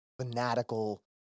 fanatical